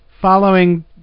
following